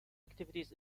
activities